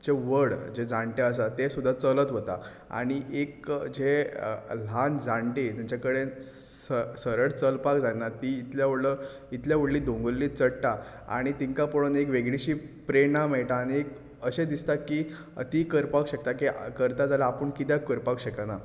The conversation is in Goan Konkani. जे व्हड जाणटे आसात ते सुद्दा चलत वता आनी एक जे ल्हान जाणटे जेंचेकडेन सरळ चलपाक जायना तीं इतल्या व्हडलो इतल्या व्हडली दोंगुल्ली चडटा आनी तेंका पळोवन एक वेगळीशी प्रेरणा मेळटा आनी एक दिसता की तीं करपाक शकतात जाल्यार आपूण कित्याक करपाक शकना